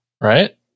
Right